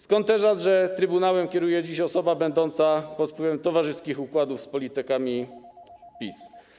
Skąd teza, że trybunałem kieruje dziś osoba będąca pod wpływem towarzyskich układów z politykami PiS?